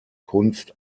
kunst